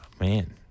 Man